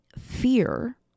fear